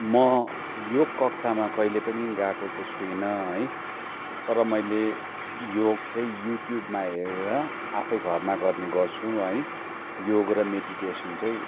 म योग कक्षामा कहिले पनि गएको त छुइनँ है तर मैले योग चाहिँ युट्युबमा हेरेर आफै घरमा गर्ने गर्छु है योग र मेडिटेसन चाहिँ